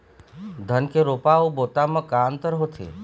धन के रोपा अऊ बोता म का अंतर होथे?